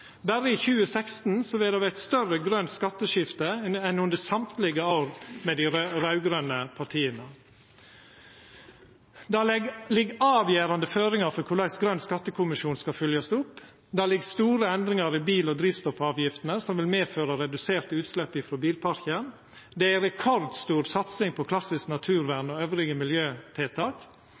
Berre i 2016 vil det vera eit større grønt skatteskifte enn under alle åra med dei raud-grøne partia. Det ligg avgjerande føringar for korleis Grøn skattekommisjon skal fylgjast opp. Det ligg store endringar i bil- og drivstoffavgiftene som vil medføra reduserte utslepp frå bilparken. Det er rekordstor satsing på klassisk naturvern og andre miljøtiltak.